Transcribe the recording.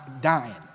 Dying